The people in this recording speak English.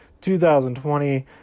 2020